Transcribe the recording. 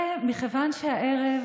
מכיוון שהערב